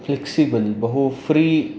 flexible बहु free